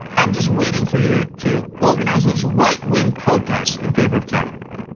i'm just waiting for you to organize those right-wing protests in favor of kaepernick.